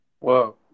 whoa